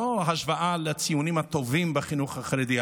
לא השוואה לציונים הטובים בחינוך החרדי,